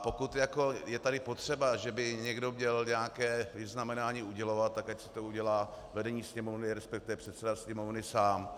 Pokud je tady potřeba, že by někdo měl nějaké vyznamenání udělovat, tak ať si to udělá vedení Sněmovny, resp. předseda Sněmovny sám.